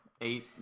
eight